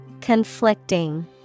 Conflicting